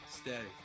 Steady